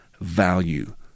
value